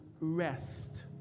rest